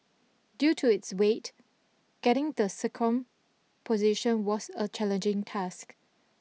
due to its weight getting the sacrum positioned was a challenging task